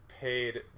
paid